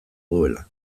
duela